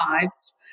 lives